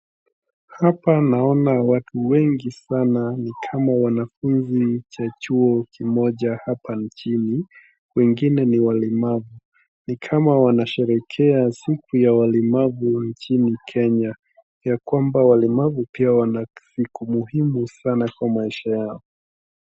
Hapa naona watu wengi sana ni kama wanafunzi wa cha chuo kimoja hapa nchini, wengine ni walemavu. Ni kama wanasherekea siku ya walemavu nchini Kenya, ya kwamba walemavu pia wana siku muhimu sana kwa maisha yao.